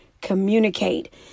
communicate